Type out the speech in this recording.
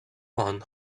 juan